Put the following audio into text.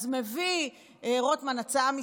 אז מביא רוטמן הצעה משלו,